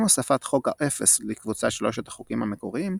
עם הוספת "חוק האפס" לקבוצת שלושת החוקים המקוריים,